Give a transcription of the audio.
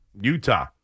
Utah